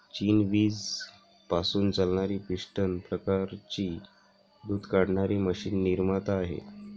चीन वीज पासून चालणारी पिस्टन प्रकारची दूध काढणारी मशीन निर्माता आहे